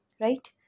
right